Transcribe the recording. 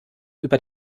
über